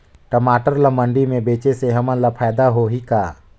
टमाटर ला मंडी मे बेचे से हमन ला फायदा होही का?